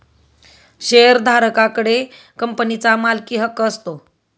शेअरधारका कडे कंपनीचा मालकीहक्क असतो